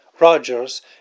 Rogers